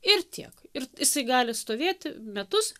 ir tiek ir jisai gali stovėti metus